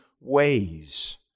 ways